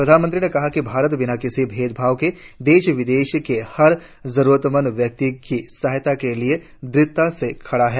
प्रधानमंत्री ने कहा कि भारत बिना किसी भेदभाव के देश विदेश के हर जरूरतमंद व्यक्ति की सहायता के लिए दृढ़ता से खड़ा है